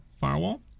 firewall